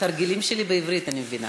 התרגילים שלי בעברית, אני מבינה.